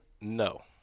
No